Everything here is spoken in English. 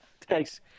thanks